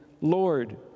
Lord